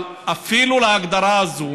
אבל אפילו להגדרה הזאת